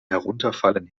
herunterfallen